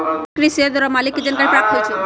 पंजीकृत शेयर द्वारा मालिक के जानकारी प्राप्त होइ छइ